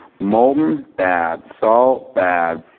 molten bad. salt bad.